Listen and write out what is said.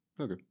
Okay